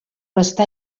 restà